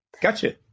Gotcha